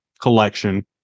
collection